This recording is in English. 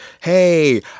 hey